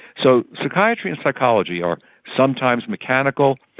so psychiatry and psychology are sometimes mechanical,